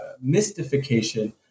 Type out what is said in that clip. mystification